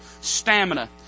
stamina